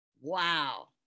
Wow